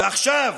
ועדת